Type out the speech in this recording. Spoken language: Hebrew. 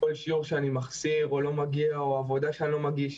כל שיעור שאני מחסיר או לא מגיע או עבודה שאני לא מגיש,